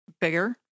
bigger